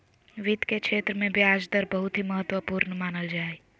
वित्त के क्षेत्र मे ब्याज दर बहुत ही महत्वपूर्ण मानल जा हय